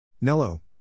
Nello